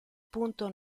punto